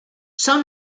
son